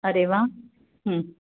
अरे वा